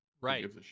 right